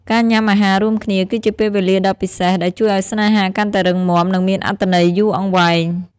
ការញ៉ាំអាហាររួមគ្នាគឺជាពេលវេលាដ៏ពិសេស ដែលជួយឱ្យស្នេហាកាន់តែរឹងមាំ និងមានអត្ថន័យយូរអង្វែង។